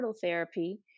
therapy